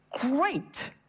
great